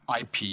IP